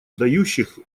дающих